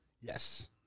Yes